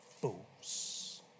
fools